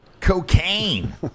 Cocaine